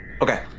Okay